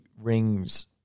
rings